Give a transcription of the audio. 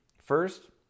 First